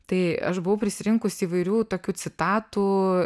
tai aš buvau prisirinkusi įvairių tokių citatų